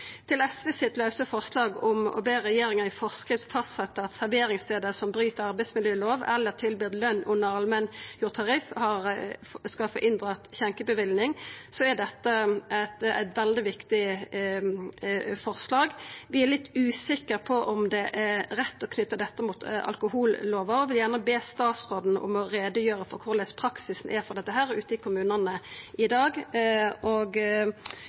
Til SV sitt lause forslag om å be regjeringa i forskrift fastsetja at serveringsstader som bryt arbeidsmiljølova eller tilbyr løn under allmenngjort tariff, skal få inndratt skjenkebevilling: Dette er eit veldig viktig forslag. Vi er litt usikre på om det er rett å knyta dette mot alkohollova og vil gjerne be statsråden om å greia ut om korleis praksisen er på dette ute i kommunane i dag. SV mener at alkoholpolitikken må være ansvarlig, kunnskapsbasert og